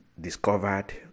discovered